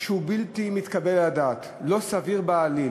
שהוא בלתי מתקבל על הדעת, לא סביר בעליל